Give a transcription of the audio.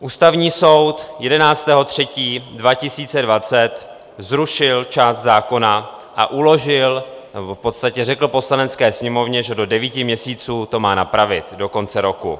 Ústavní soud 11. 3. 2020 zrušil část zákona a uložil nebo v podstatě řekl Poslanecké sněmovně, že do devíti měsíců to má napravit, do konce roku.